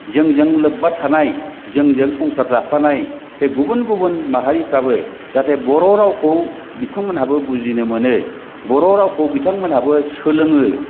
जोंजों लोब्बा थानाय जोंजों संसार जाफानाय बे गुबुन गुबुन माहारिफ्राबो जाहाथे बर' रावखौ बिथांमोनहाबो बुजिनो मोनो बर' रावखौ बिथांमोनहाबो सोलोङो